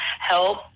help